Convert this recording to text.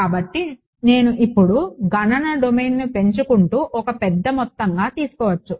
కాబట్టి నేను ఇప్పుడు గణన డొమైన్ను పెంచుకుంటూ ఒక పెద్ద మొత్తంగా తీసుకోవచ్చు